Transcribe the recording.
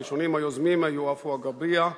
הראשונים היוזמים היו עפו אגבאריה,